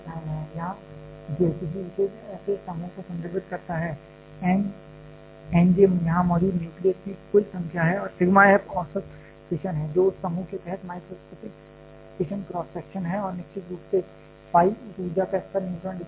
यहाँ j किसी विशेष ऐसे समूह को संदर्भित करता है n j यहाँ मौजूद न्यूक्लियस की कुल संख्या है और सिग्मा f j औसत फिशन है जो उस समूह के तहत माइक्रोस्कोपिक फिशन क्रॉस सेक्शन है और निश्चित रूप से फाई उस ऊर्जा स्तर का न्यूट्रॉन डिस्ट्रीब्यूशन है